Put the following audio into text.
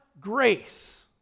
grace